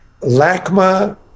Lakma